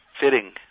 fitting